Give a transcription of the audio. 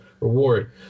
reward